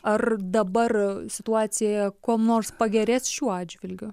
ar dabar situacija kuo nors pagerės šiuo atžvilgiu